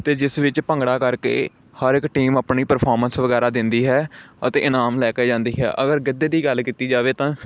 ਅਤੇ ਜਿਸ ਵਿੱਚ ਭੰਗੜਾ ਕਰਕੇ ਹਰ ਇੱਕ ਟੀਮ ਆਪਣੀ ਪਰਫੋਰਮੈਸ ਵਗੈਰਾ ਦਿੰਦੀ ਹੈ ਅਤੇ ਇਨਾਮ ਲੈ ਕੇ ਜਾਂਦੀ ਹੈ ਅਗਰ ਗਿੱਧੇ ਦੀ ਗੱਲ ਕੀਤੀ ਜਾਵੇ ਤਾਂ